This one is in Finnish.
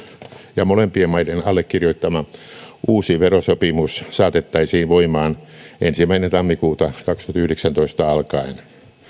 ja molempien maiden allekirjoittama uusi verosopimus saatettaisiin voimaan ensimmäinen tammikuuta kaksituhattayhdeksäntoista alkaen